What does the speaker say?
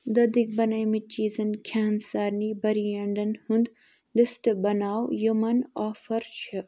دۄدٕکۍ بَنیمٕتۍ چیٖزن کھٮ۪ن سارِنٕے بریٚنڈن ہُنٛد لِسٹ بناو یِمَن آفر چھِ